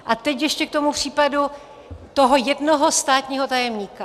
A teď ještě k tomu případu toho jednoho státního tajemníka.